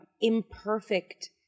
imperfect